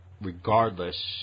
regardless